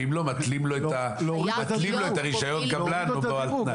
ואם לא אז מתלים לו את רישיון הקבלן והוא על תנאי.